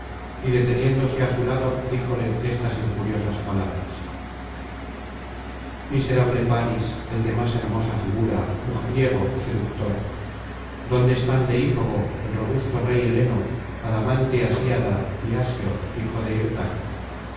y deteniéndose ásu lado díjole estas injuriosas palabras miserable parís el de más hermosa figura mujeriego seductor dónde están deífobo el robusto rey heleno adamante asiada y asió hijo de hirtaco